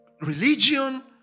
religion